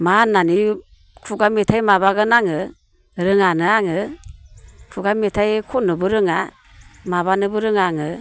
मा होन्नानै खुगा मेथाइ माबागोन आङो रोङानो आङो खुगा मेथाय खन्नोबो रोङा माबानोबो रोङा आङो